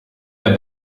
der